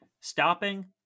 stopping